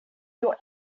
your